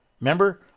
Remember